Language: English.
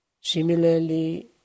Similarly